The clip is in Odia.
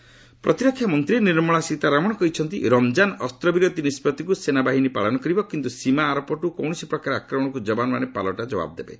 ସୀତାରମଣ ପ୍ରତିରକ୍ଷା ମନ୍ତ୍ରୀ ନିର୍ମଳା ସୀତାରମଣ କହିଛନ୍ତି ରମ୍ଜାନ୍ ଅସ୍ତ୍ରବିରତି ନିଷ୍କଭିକୁ ସେନାବାହିନୀ ପାଳନ କରିବ କିନ୍ତୁ ସୀମା ଆରପଟୁ କୌରସି ପ୍ରକାର ଆକ୍ରମଣକୁ ଯବାନ୍ମାନେ ପାଲଟା ଜବାବ ଦେବେ